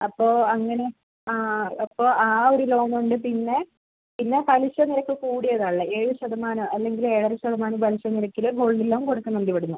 അപ്പോൾ അങ്ങനെ ആ അപ്പോൾ ആ ഒരു ലോൺ ഉണ്ട് പിന്നെ പിന്നെ പലിശ നിരക്ക് കൂടിയതാണ് ഉള്ളത് ഏഴ് ശതമാനം അല്ലെങ്കിൽ ഏഴര ശതമാനം പലിശ നിരക്കിൽ ഗോൾഡ് ലോൺ കൊടുക്കുന്നുണ്ട് ഇവിടുന്ന്